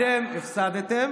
אתם הפסדתם,